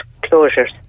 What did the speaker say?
closures